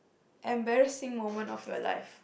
embarrassing moment of your life